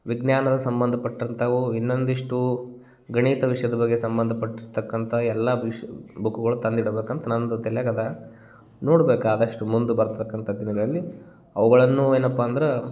ವಿಜ್ಞಾನದ ಸಂಬಂಧಪಟ್ಟಂಥವು ಇನ್ನೊಂದಿಷ್ಟು ಗಣಿತ ವಿಷಯದ ಬಗ್ಗೆ ಸಂಬಂಧಪಟ್ಟಿರತಕ್ಕಂಥ ಎಲ್ಲ ವಿಶ್ ಬುಕ್ಗಳು ತಂದಿಡಬೇಕಂತ ನನ್ನದು ತಲ್ಯಗ ಅದ ನೋಡ್ಬೇಕು ಆದಷ್ಟು ಮುಂದೆ ಬರತಕ್ಕಂಥ ದಿನಗಳಲ್ಲಿ ಅವುಗಳನ್ನು ಏನಪ್ಪ ಅಂದ್ರೆ